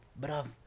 Bravo